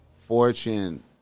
Fortune